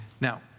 Now